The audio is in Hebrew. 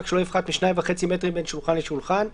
שלא יפחת מ-2.5 מטרים בין שולחן לשולחן.